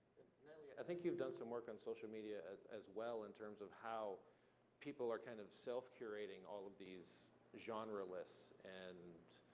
and and yeah i think you've done some work on social media as as well in terms of how people are kind of self-curating all of these genre lists, and